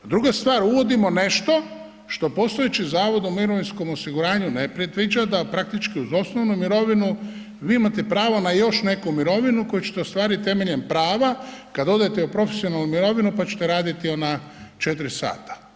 Druga stvar, uvodimo nešto što postojeći Zavod o mirovinskom osiguranju ne predviđa da praktički uz osnovnu mirovinu vi imate pravo na još neku mirovinu koju ćete ostvarit temeljem prava kad odete u profesionalnu mirovinu, pa ćete raditi ona 4 sata.